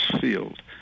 field